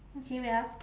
okay wait ah